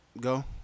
go